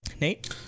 Nate